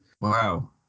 wow